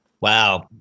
Wow